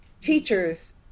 Teachers